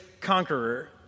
conqueror